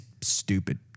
stupid